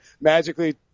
magically